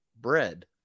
bread